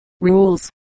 Rules